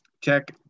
check